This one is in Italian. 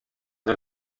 del